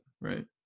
right